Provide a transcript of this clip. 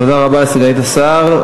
תודה רבה, סגנית השר.